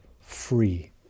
free